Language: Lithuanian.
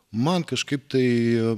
man kažkaip tai